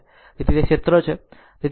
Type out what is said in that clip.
તેથી તે જ ક્ષેત્ર છે